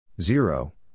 Zero